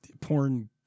porn